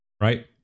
right